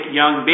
young